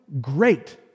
great